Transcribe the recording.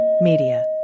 Media